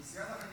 ההצעה להעביר